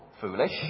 foolish